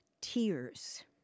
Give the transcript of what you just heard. tears